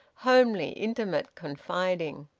homely, intimate, confiding.